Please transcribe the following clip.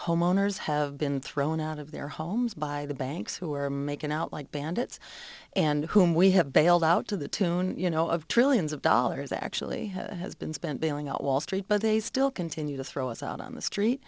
homeowners have been thrown out of their homes by the banks who are making out like bandits and whom we have bailed out to the tune you know of trillions of dollars actually has been spent bailing out wall street but they still continue to throw us out on the street